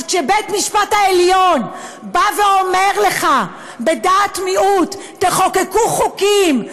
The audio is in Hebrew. אז כשבית-המשפט העליון בא ואומר לך בדעת מיעוט: תחוקקו חוקים,